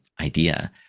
idea